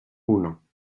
uno